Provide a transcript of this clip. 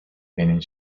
meaning